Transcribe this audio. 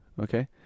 Okay